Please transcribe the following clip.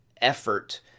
effort